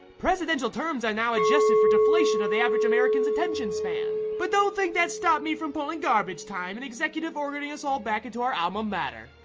presidential terms are now adjusted for deflation of the average american's attention span. but don't think that stopped me from pulling garbage time and executive ordering us all back into our alma mater.